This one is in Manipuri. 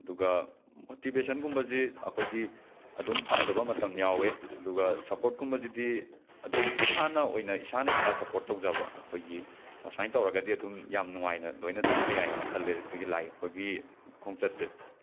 ꯑꯗꯨꯒ ꯃꯣꯇꯤꯕꯦꯁꯟꯒꯨꯝꯕꯁꯦ ꯑꯩꯈꯣꯏꯒꯤ ꯑꯗꯨꯝ ꯐꯪꯗꯕ ꯃꯇꯝ ꯌꯥꯎꯋꯦ ꯑꯗꯨꯒ ꯁꯄꯣꯔꯠꯀꯨꯝꯕꯁꯤꯗꯤ ꯑꯗꯨꯝ ꯏꯁꯥꯅ ꯑꯣꯏꯅ ꯏꯁꯥꯅ ꯏꯁꯥ ꯁꯄꯣꯔꯠ ꯇꯧꯖꯕ ꯑꯩꯈꯣꯏꯒꯤ ꯁꯨꯃꯥꯏꯅ ꯇꯧꯔꯒꯗꯤ ꯑꯗꯨꯝ ꯌꯥꯝꯅ ꯅꯨꯉꯥꯏꯅ ꯂꯣꯏꯅ ꯆꯠꯄ ꯌꯥꯏꯌꯦꯅ ꯈꯜꯂꯦ ꯑꯩꯈꯣꯏꯒꯤ ꯂꯥꯏ ꯌꯦꯛꯄꯒꯤ ꯈꯣꯡꯆꯠꯁꯦ